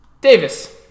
Davis